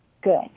Good